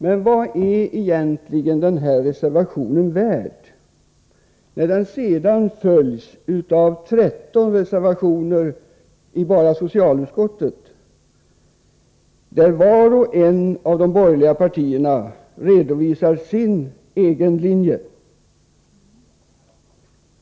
Men vad är egentligen denna reservation värd när den sedan följs av 13 reservationer bara i socialutskottet, där var och en av de borgerliga partierna redovisar sin egen linje?